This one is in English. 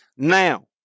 Now